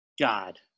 God